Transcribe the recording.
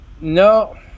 No